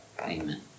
amen